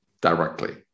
directly